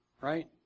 right